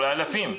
אולי אלפים.